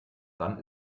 dann